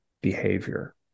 behavior